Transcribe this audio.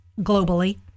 globally